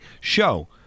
show